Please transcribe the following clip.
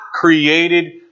created